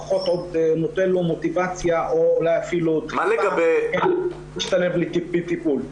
עוד פחות נותן לו מוטיבציה או אולי אפילו --- להשתלב בטיפול.